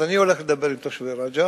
אז אני הולך לדבר עם תושבי רג'ר.